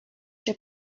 się